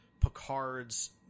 Picard's